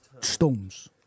Storms